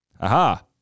Aha